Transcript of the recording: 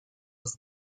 was